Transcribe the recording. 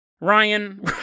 Ryan